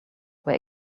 were